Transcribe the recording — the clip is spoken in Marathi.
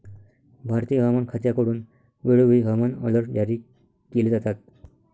भारतीय हवामान खात्याकडून वेळोवेळी हवामान अलर्ट जारी केले जातात